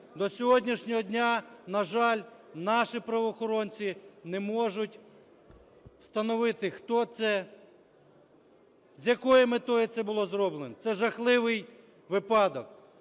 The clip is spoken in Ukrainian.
До сьогоднішнього дня, на жаль, наші правоохоронці не можуть встановити, хто це, з якою метою це було зроблено. Це жахливий випадок,